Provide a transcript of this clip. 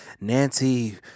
Nancy